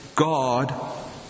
God